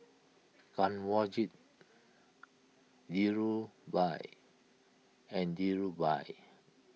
Kanwaljit Dhirubhai and Dhirubhai